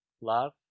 Love